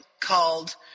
called